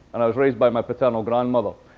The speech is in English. and i was raised by my paternal grandmother.